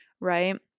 right